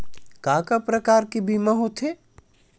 का का प्रकार के बीमा होथे?